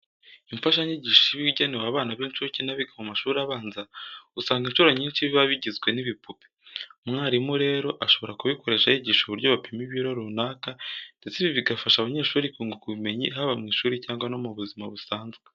Imfashanyigisho iba igenewe abana b'incuke n'abiga mu mashuri abanza, usanga incuro nyinshi biba bigizwe n'ibipupe. Umwarimu rero ashobora kubikoresha yigisha uburyo bapima ibiro runaka, ndetse ibi bigafasha abanyeshuri kunguka ubumenyi haba mu ishuri cyangwa no mu buzima busanzwe.